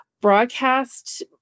broadcast